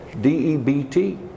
D-E-B-T